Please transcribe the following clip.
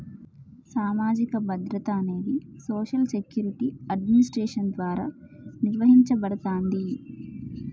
సామాజిక భద్రత అనేది సోషల్ సెక్యూరిటీ అడ్మినిస్ట్రేషన్ ద్వారా నిర్వహించబడతాంది